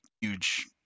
huge